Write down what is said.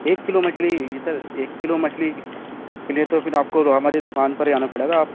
ایک کلو مچھلی یہ سر ایک کلو مچھلی کے لیے تو پھر آپ کو تو ہماری دکان پر ہی آنا پڑے گا اب